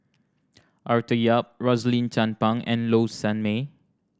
Arthur Yap Rosaline Chan Pang and Low Sanmay